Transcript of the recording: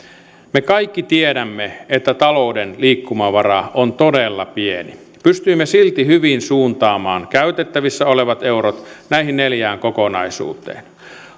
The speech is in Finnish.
me kaikki tiedämme että talouden liikkumavara on todella pieni pystyimme silti hyvin suuntaamaan käytettävissä olevat eurot näihin neljään kokonaisuuteen